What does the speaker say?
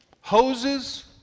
hoses